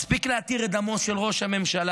מספיק להתיר את דמו של ראש הממשלה,